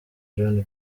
john